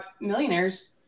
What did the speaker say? millionaires